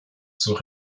zur